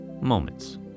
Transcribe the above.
moments